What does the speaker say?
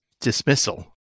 dismissal